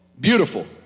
beautiful